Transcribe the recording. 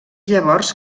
llavors